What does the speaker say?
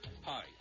Hi